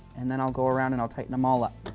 and then i'll go around and i'll tighten them all up.